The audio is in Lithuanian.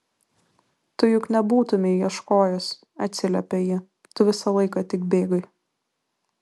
tu juk nebūtumei ieškojęs atsiliepia ji tu visą laiką tik bėgai